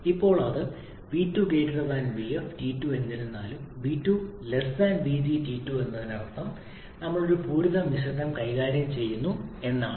ഇപ്പോൾ ഇത് v2 vf എന്നിരുന്നാലും v2 vg അതിനർത്ഥം ഞങ്ങൾ ഒരു പൂരിത മിശ്രിതം കൈകാര്യം ചെയ്യുന്നു എന്നാണ്